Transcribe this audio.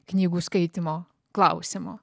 knygų skaitymo klausimo